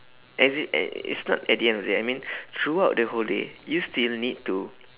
as i~ and it's not at the end of the day I mean throughout the whole day you still need to